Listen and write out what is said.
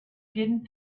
didn’t